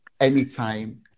anytime